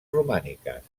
romàniques